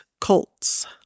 cults